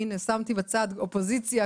והנה שמתי בצד אופוזיציה,